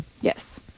Yes